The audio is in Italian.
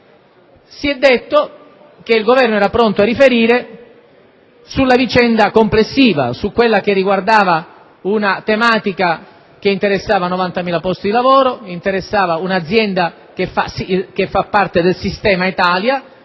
Si è detto che il Governo era pronto a riferire sulla vicenda complessiva riguardante una tematica che interessava 90.000 posti di lavoro e un'azienda che fa parte del sistema Italia,